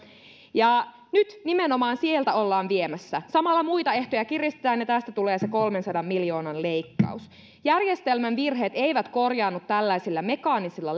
ja nyt nimenomaan sieltä ollaan viemässä samalla muita ehtoja kiristetään ja tästä tulee se kolmensadan miljoonan leikkaus järjestelmän virheet eivät korjaannu tällaisilla mekaanisilla